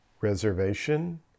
reservation